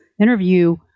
interview